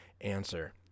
answer